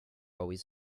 always